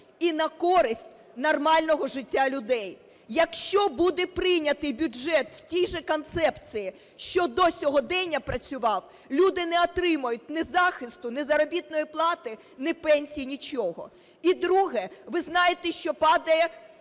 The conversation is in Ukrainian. і на користь нормального життя людей. Якщо буде прийнятий бюджет в тій же концепції, що до сьогодення працював, люди не отримають ні захисту, ні заробітної плати, ні пенсій – нічого. І друге. Ви знаєте, що падає